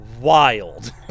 wild